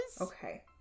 Okay